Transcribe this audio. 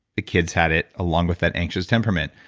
the kids had it along with that anxious temperament.